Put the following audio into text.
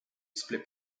split